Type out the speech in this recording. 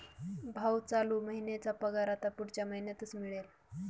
भाऊ, चालू महिन्याचा पगार आता पुढच्या महिन्यातच मिळेल